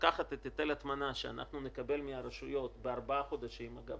לקחת את היטל ההטמנה שנקבל מהרשויות בארבעה חודשים אגב